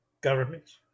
governments